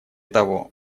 того